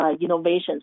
innovations